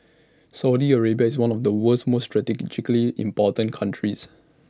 Saudi Arabia is one of the world's most strategically important countries